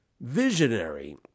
visionary